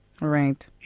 Right